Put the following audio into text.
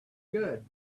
good